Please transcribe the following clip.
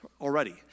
already